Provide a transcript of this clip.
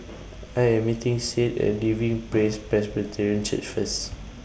I Am meeting Sade At Living Praise Presbyterian Church First